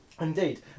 indeed